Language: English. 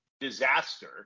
disaster